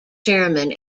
chairman